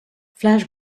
flash